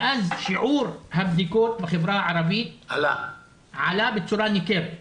ואז שיעור הבדיקות בחברה הערבית עלה בצורה ניכרת.